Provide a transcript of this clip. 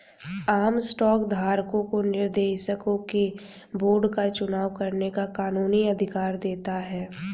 आम स्टॉक धारकों को निर्देशकों के बोर्ड का चुनाव करने का कानूनी अधिकार देता है